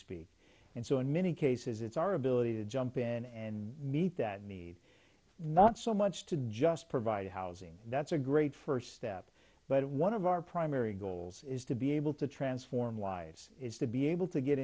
speak and so in many cases it's our ability to jump in and meet that need not so much to just provide housing that's a great first step but one of our primary goals is to be able to transform lives to be able to get